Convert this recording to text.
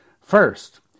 First